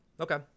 Okay